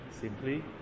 simply